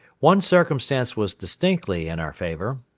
one circumstance was distinctly in our favor.